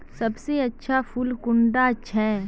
सबसे अच्छा फुल कुंडा छै?